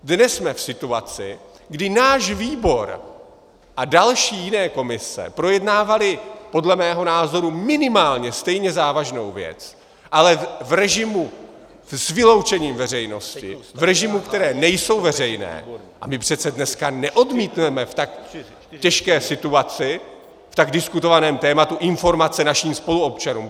Dnes jsme v situaci, kdy náš výbor a další jiné komise projednávaly podle mého názoru minimálně stejně závažnou věc, ale v režimu s vyloučením veřejnosti, v režimu, které nejsou veřejné, a my přece dneska neodmítneme v tak těžké situaci, v tak diskutovaném tématu informace našim spoluobčanům.